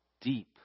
deep